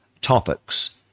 topics